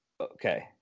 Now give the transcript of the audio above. Okay